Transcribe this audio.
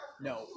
no